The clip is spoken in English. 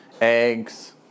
eggs